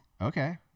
Okay